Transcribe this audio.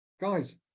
guys